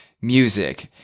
music